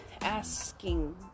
asking